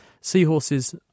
Seahorses